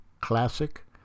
classic